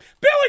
Billy